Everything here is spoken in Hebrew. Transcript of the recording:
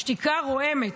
השתיקה רועמת.